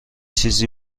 چیزی